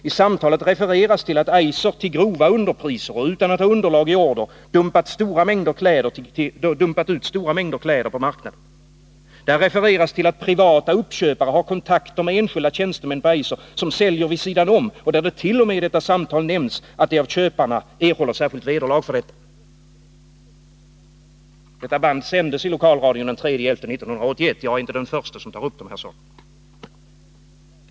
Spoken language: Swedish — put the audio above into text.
I samtalet refereras till att Eiser till grova underpriser och utan att ha underlag i order dumpat stora mängder kläder på marknaden. Där refereras till att privata uppköpare har kontakter med enskilda tjänstemän på Eiser, som säljer vid sidan om; det nämns t.o.m. att de av köparna erhåller särskilt vederlag för detta. Detta band sändes i lokalradion den 3 november 1981. Jag är inte den förste som tar upp dessa saker.